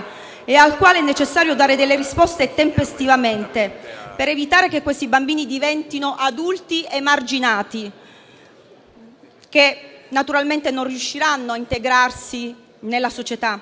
e al quale è necessario dare delle risposte tempestivamente per evitare che questi bambini diventino adulti emarginati, che naturalmente non riusciranno a integrarsi nella società.